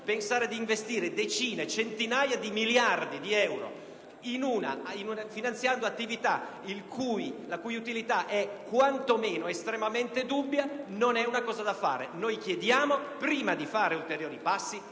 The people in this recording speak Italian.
pensare di investire centinaia di miliardi di euro finanziando attività la cui utilità è quantomeno dubbia, non è cosa opportuna. Chiediamo, prima di fare ulteriori passi,